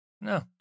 No